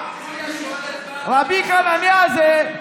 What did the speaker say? רבי חנניה הזה,